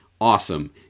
awesome